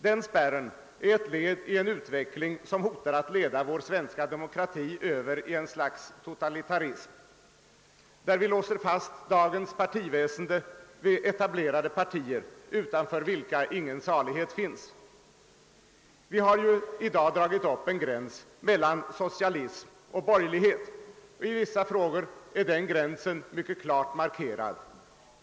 Den spärren är ett led i en utveckling som hotar att föra vår svenska demokrati över i ett slags totalitarism, där vi låser fast dagens partiväsende vid etablerade partier, utanför vilka ingen salighet finns. Vi har i dag dragit upp en gräns mellan socialism och borgerlighet. I vissa frågor är den gränsen mycket klart markerad.